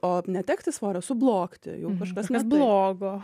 o netekti svorio sublogti jau kažkas jums blogo